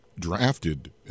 drafted